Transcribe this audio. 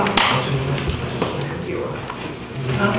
i'm not